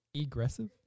aggressive